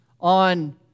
on